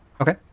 Okay